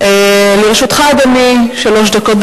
אדוני, לרשותך שלוש דקות.